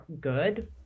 good